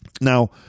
Now